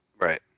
Right